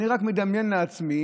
אני רק מדמיין לעצמי,